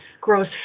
grows